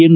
N